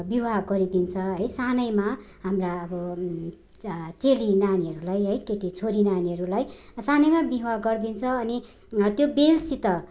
विवाह गरिदिन्छ है सानैमा हाम्रा अब चेली नानीहरूलाई है केटी छोरी नानीहरूलाई सानैमा विवाह गरिदिन्छ अनि त्यो बेलसित